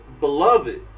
Beloved